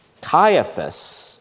Caiaphas